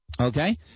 Okay